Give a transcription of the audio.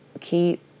Keep